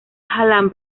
hallan